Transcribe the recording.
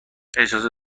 اجازه